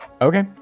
Okay